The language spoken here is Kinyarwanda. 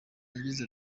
yagize